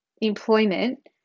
employment